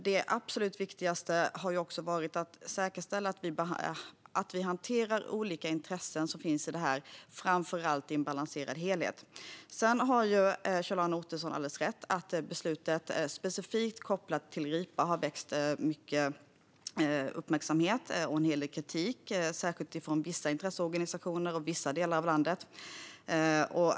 Det absolut viktigaste har varit att säkerställa att vi hanterar olika intressen i en balanserad helhet. Kjell-Arne Ottosson har alldeles rätt i att beslutet specifikt gällande ripa har väckt mycket uppmärksamhet och en hel del kritik, särskilt från vissa intresseorganisationer och vissa delar av landet.